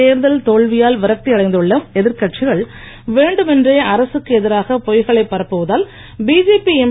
தேர்தல் தோல்வியால் விரக்தி அடைந்துள்ள எதிர்கட்சிகள் வேண்டும் என்றே அரசு எதிராக பொய்களை பரப்புவதால் பிஜேபி எம்